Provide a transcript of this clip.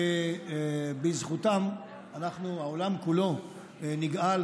שבזכותם אנחנו והעולם כולו נגאל.